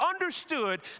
understood